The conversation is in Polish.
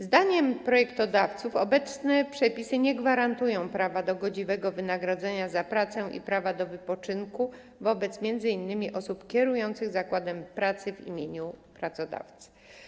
Zdaniem projektodawców obecnie przepisy nie gwarantują prawa do godziwego wynagrodzenia za pracę i prawa do wypoczynku wobec m.in. osób kierujących zakładem pracy w imieniu pracodawcy.